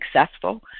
successful